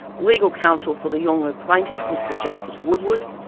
legal counsel for the yolngu plaintiffs mr justice woodward,